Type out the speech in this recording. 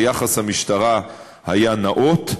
שיחס המשטרה היה נאות,